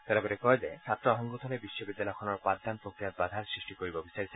তেওঁ লগতে কয় যে ছাত্ৰ সংগঠনে বিশ্ববিদ্যালয়খনৰ পাঠদান প্ৰক্ৰিয়াত বাধাৰ সৃষ্টি কৰিব বিচাৰিছে